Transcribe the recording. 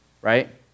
right